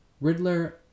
Riddler